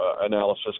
analysis